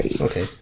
okay